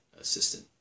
assistant